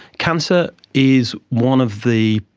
cancer is one of the,